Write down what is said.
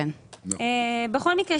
בכל מקרה,